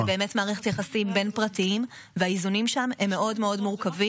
אחת מהם התנגדה